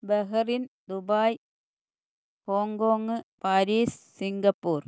Bahrain Dubai Hong Kong Paris Singapore